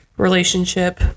relationship